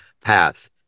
path